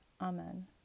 Amen